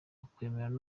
yakwemera